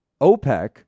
OPEC